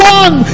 one